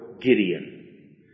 Gideon